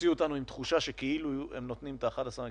והוציאו אותנו עם תחושה שהם נותנים את ה-11 מיליון,